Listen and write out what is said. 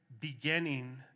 beginning